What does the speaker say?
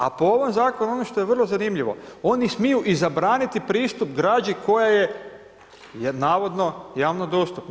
A po ovom zakonu ono što je vrlo zanimljivo oni smiju i zabraniti pristup građi koja je navodno javno dostupna.